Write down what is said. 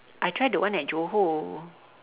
I try the one at johor